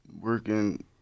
working